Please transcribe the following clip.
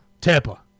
Tampa